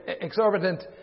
exorbitant